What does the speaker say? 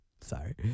sorry